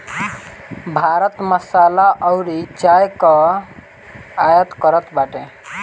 भारत मसाला अउरी चाय कअ आयत करत बाटे